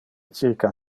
circa